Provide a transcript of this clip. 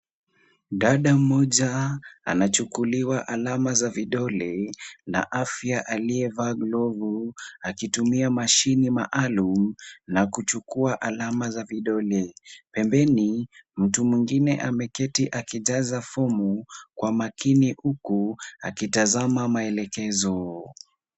Dada mmoja anachukuliwa alama za vidole na mhudumu wa afya aliyevaa glovu, akitumia mashine maalum na kuchukua alama za vidole. Pembeni, mtu mwingine ameketi akijaza fomu kwa makini huku akitazama maelekezo.